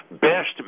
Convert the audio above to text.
best